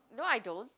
no I don't